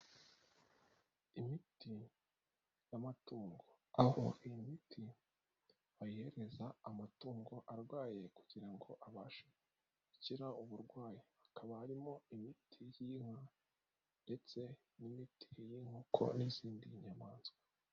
Imiti y'amatungo aho iyi miti bayihereza amatungo arwaye kugira ngo abashe gukira uburwayi. Hakaba harimo imiti y'inka ndetse n'imiti y'inkoko n'izindi nyamaswa.